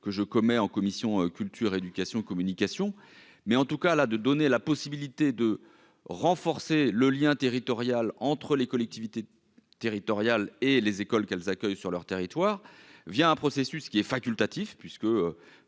que je commets en commission culture, éducation, communication, mais en tout cas là de donner la possibilité de renforcer le lien territorial entre les collectivités territoriales et les écoles qu'elles accueillent sur leur territoire, via un processus qui est facultatif puisque,